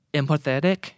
empathetic